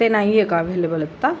ते नाही आहे का अव्हेलेबल आत्ता